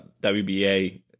WBA